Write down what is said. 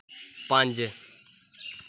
पंज